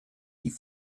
die